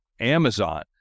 Amazon